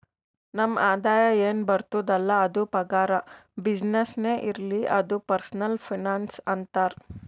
ನಮ್ ಆದಾಯ ಎನ್ ಬರ್ತುದ್ ಅಲ್ಲ ಅದು ಪಗಾರ, ಬಿಸಿನ್ನೆಸ್ನೇ ಇರ್ಲಿ ಅದು ಪರ್ಸನಲ್ ಫೈನಾನ್ಸ್ ಅಂತಾರ್